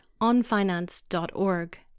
onfinance.org